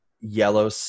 yellow